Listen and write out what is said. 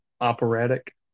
operatic